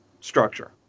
structure